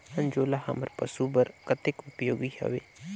अंजोला हमर पशु बर कतेक उपयोगी हवे?